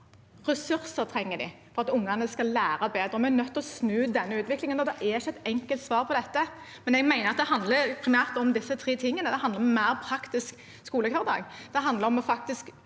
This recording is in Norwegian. Ressurser trenger de for at ungene skal lære bedre. Vi er nødt til å snu denne utviklingen, og det er ikke et enkelt svar på dette. Men jeg mener at det handler primært om disse tre tingene: Det handler om en mer praktisk skolehverdag,